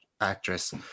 actress